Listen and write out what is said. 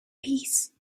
peace